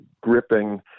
gripping